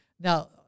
now